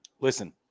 Listen